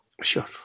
Sure